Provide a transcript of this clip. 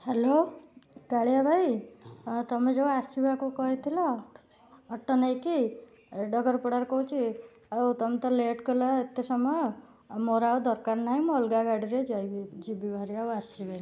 hello Kalia ଭାଇ ହଁ ତୁମେ ଯେଉଁ ଆସିବାକୁ କହିଥିଲ ଅଟୋ ନେଇକି ଡଗରପଡ଼ାରୁ କହୁଛି ଆଉ ତୁମେ ତ ଲେଟ୍ କଲ ଏତେ ସମୟ ମୋର ଆଉ ଦରକାର ନାହିଁ ମୁଁ ଅଲଗା ଗାଡ଼ିରେ ଭାରି ଆଉ ଆସିବନି